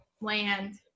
land